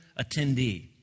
attendee